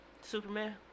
Superman